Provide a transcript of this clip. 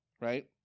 right